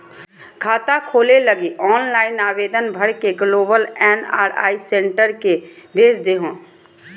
खाता खोले लगी ऑनलाइन आवेदन भर के ग्लोबल एन.आर.आई सेंटर के भेज देहो